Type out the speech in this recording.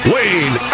Wayne